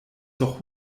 doch